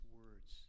words